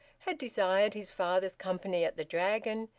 had desired his father's company at the dragon,